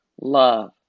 love